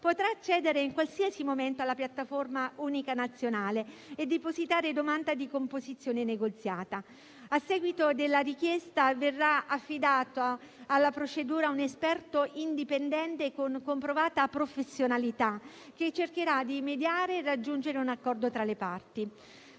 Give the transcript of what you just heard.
potrà accedere in qualsiasi momento alla piattaforma unica nazionale e depositare domanda di composizione negoziata. A seguito della richiesta verrà affidato alla procedura un esperto indipendente con comprovata professionalità che cercherà di mediare e raggiungere un accordo tra le parti.